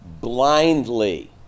Blindly